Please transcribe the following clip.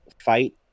fight